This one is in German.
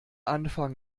anfang